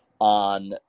on